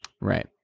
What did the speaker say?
Right